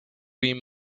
him